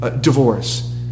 divorce